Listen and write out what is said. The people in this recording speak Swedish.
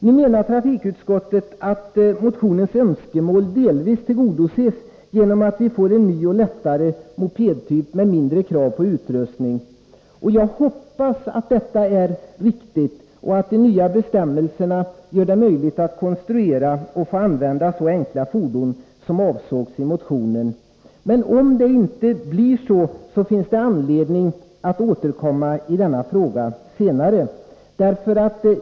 Nu menar trafikutskottet att önskemålet i motionen delvis tillgodoses genom att vi får en ny, lättare mopedtyp med mindre krav på utrustning. Jag hoppas att detta är riktigt och att de nya bestämmelserna gör det möjligt att konstruera och få använda så enkla fordon som avsågs i motionen. Om det inte blir så, finns det anledning att återkomma senare i denna fråga.